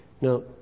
now